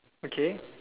okay